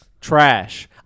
trash